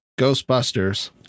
Ghostbusters